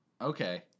Okay